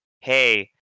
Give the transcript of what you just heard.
hey